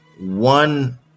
one